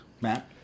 Matt